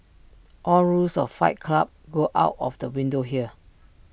all rules of fight club go out of the window here